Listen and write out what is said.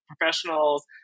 professionals